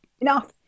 Enough